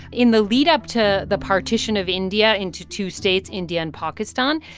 in the lead-up to the partition of india into two states, india and pakistan,